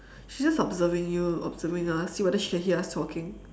she's just observing you observing us see whether she can hear us talking